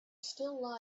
still